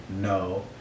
no